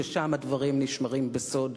ששם הדברים נשמרים בסוד,